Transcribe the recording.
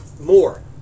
more